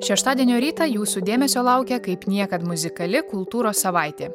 šeštadienio rytą jūsų dėmesio laukia kaip niekad muzikali kultūros savaitė